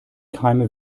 keime